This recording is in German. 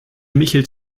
michel